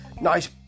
Nice